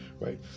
right